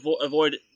avoid